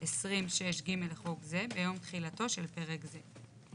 20.6 (ג') לחוק זה, ביום תחילתו של פרק זה.